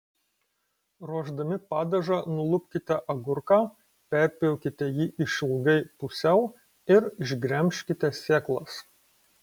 ruošdami padažą nulupkite agurką perpjaukite jį išilgai pusiau ir išgremžkite sėklas